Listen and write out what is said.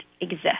exist